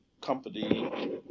Company